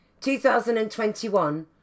2021